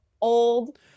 old